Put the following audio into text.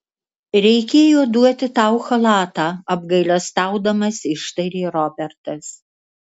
reikėjo duoti tau chalatą apgailestaudamas ištarė robertas